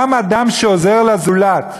גם אדם שעוזר לזולת,